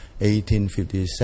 1857